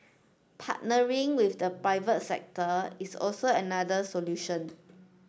partnering with the private sector is also another solution